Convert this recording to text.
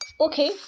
Okay